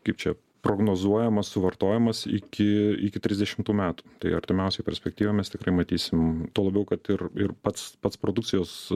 kaip čia prognozuojamas suvartojimas iki iki trisdešimtų metų tai artimiausioj perspektyvoj mes tikrai matysim tuo labiau kad ir ir pats pats produkcijos